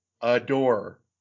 adore